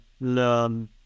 learn